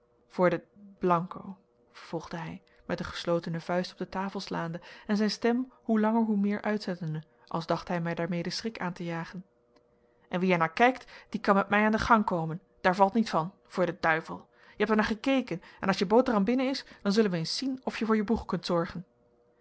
voor den d vervolgde hij met de geslotene vuist op de tafel slaande en zijn stem hoe langer hoe meer uitzettende als dacht hij mij daarmede schrik aan te jagen en wie er naar kijkt die kan met mij aan den gang komen daar valt niet van voor den jij hebt er naar gekeken en as je boterham binnen is dan zullen we eens zien of je voor je boeg kunt zorgen